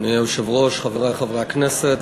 אדוני היושב-ראש, חברי חברי הכנסת,